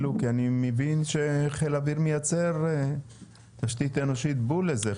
כי אני מבין שחיל האוויר מייצר תשתית אנושית בול לזה,